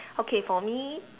okay for me